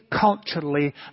culturally